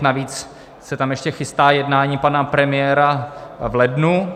Navíc se tam ještě chystá jednání pana premiéra v lednu.